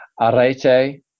arete